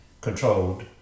controlled